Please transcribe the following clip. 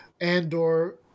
Andor